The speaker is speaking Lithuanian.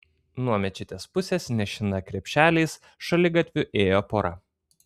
nuo mečetės pusės nešina krepšeliais šaligatviu ėjo pora